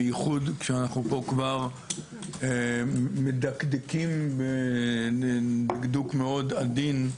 בייחוד כשאנחנו פה כבר מדקדקים בדקדוק מאוד עדין,